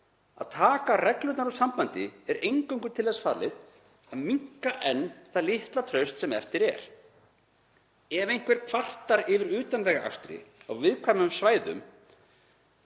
Að taka reglurnar úr sambandi er eingöngu til þess fallið að minnka enn það litla traust sem eftir er. Ef einhver kvartar yfir utanvegaakstri á viðkvæmum svæðum